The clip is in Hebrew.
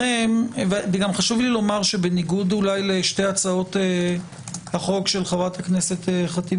וגם חשוב לי לומר שבניגוד אולי לשתי הצעות החוק של חברת הכנסת ח'טיב